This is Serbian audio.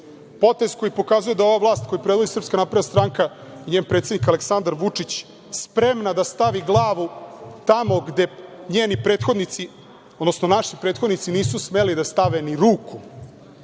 koji pokazuje da je ova vlast, koju predvodi SNS i njen predsednik Aleksandar Vučić, spremna da stavi glavu tamo gde njeni prethodnici, odnosno naši prethodnici nisu smeli da stave ni ruku,